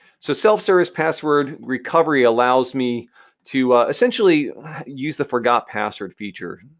so self-service password recovery allows me to essentially use the forgot password feature.